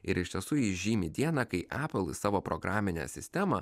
ir iš tiesų ji žymi dieną kai epl į savo programinę sistemą